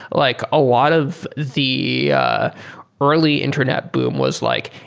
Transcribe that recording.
like a lot of the early internet boom was like,